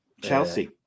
Chelsea